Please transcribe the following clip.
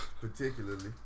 Particularly